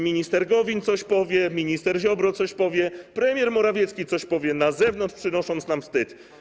Minister Gowin coś powie, minister Ziobro coś powie, premier Morawiecki coś powie na zewnątrz, przynosząc nam wstyd.